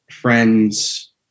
Friends